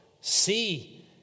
see